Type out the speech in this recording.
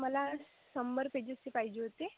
मला शंभर पेजेसचे पाहिजे होते